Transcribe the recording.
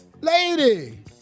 lady